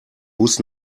bus